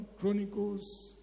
Chronicles